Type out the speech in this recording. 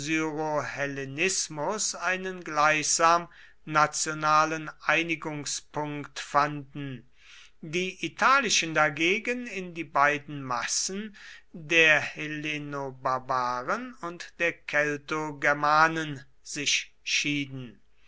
einen gleichsam nationalen einigungspunkt fanden die italischen dagegen in die beiden massen der hellenobarbaren und der keltogermanen sich schieden